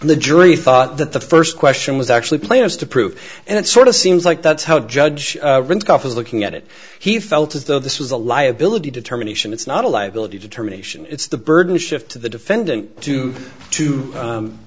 the jury thought that the first question was actually plans to prove and it sort of seems like that's how the judge was looking at it he felt as though this was a liability determination it's not a liability determination it's the burden shifts to the defendant to to